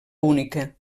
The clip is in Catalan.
única